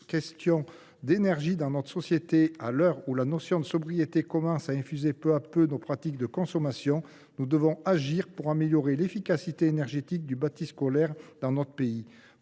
question d’énergie dans notre société, et à l’heure où la notion de sobriété commence à infuser peu à peu nos pratiques de consommation, nous devons agir pour améliorer l’efficacité énergétique du bâti scolaire dans notre pays.